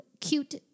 cute